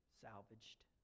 salvaged